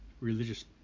religious